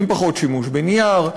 עם פחות שימוש בנייר,